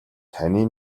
таны